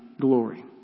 glory